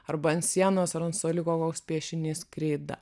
arba ant sienos ar ant suoliuko koks piešinys kreida